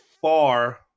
far